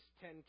ten